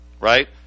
right